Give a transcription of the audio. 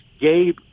Gabe